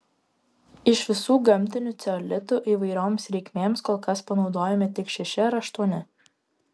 iš visų gamtinių ceolitų įvairioms reikmėms kol kas panaudojami tik šeši ar aštuoni